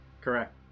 Correct